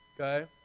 okay